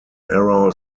error